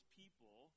people